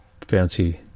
fancy